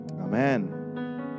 Amen